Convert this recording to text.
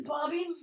Bobby